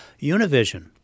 Univision